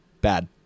bad